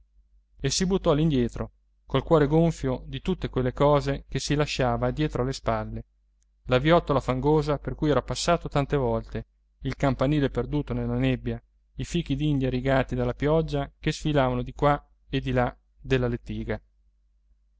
e si buttò all'indietro col cuore gonfio di tutte quelle cose che si lasciava dietro le spalle la viottola fangosa per cui era passato tante volte il campanile perduto nella nebbia i fichi d'india rigati dalla pioggia che sfilavano di qua e di là della lettiga